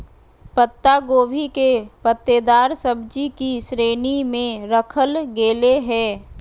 पत्ता गोभी के पत्तेदार सब्जि की श्रेणी में रखल गेले हें